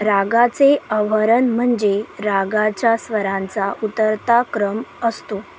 रागाचे अवरोहण म्हणजे रागाच्या स्वरांचा उतरता क्रम असतो